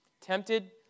Tempted